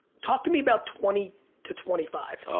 talk to me about twenty to twenty five.